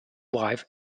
wife